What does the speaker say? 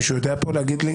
מישהו יודע לומר פה?